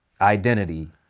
Identity